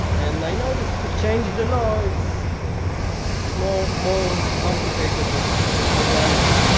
and i know that to change the law it's more more complicated than to change the reality.